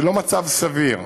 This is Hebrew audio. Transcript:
זה לא מצב סביר.